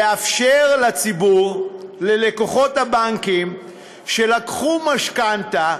לאפשר לציבור, ללקוחות הבנקים שלקחו משכנתה,